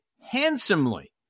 handsomely